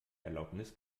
erlaubnis